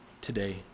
today